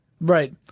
Right